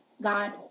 God